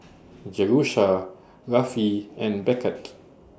Jerusha Rafe and Beckett